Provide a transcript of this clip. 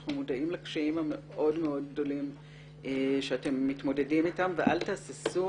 אנחנו מודעים לקשיים המאוד מאוד גדולים שאתם מתמודדים אתם ואל תהססו,